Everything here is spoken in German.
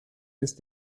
ist